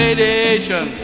Radiation